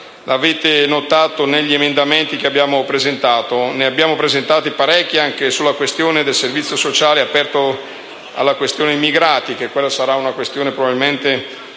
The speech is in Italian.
l'avrete notato negli emendamento che abbiamo presentato. Ne abbiamo presentati parecchi anche sul tema del servizio sociale aperto alla questione immigrati, che probabilmente